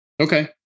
Okay